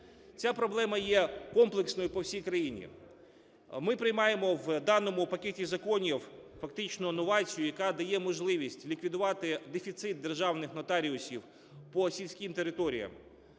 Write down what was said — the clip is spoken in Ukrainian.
Ця проблема є комплексною по всій країні. Ми приймаємо в даному пакеті законів фактично новацію, яка дає можливість ліквідувати дефіцит державних нотаріусів по сільським територіям.